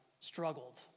struggled